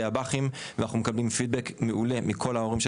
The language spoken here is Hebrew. הבא"חים ואנחנו מקבלים פידבק מעולה מכל ההורים של